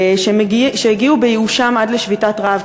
שהגיעו בייאושם עד לשביתת רעב,